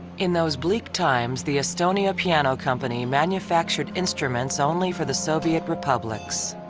in those bleak times, the estonia piano company manufactured instruments only for the soviet republics.